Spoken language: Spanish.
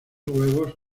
huevos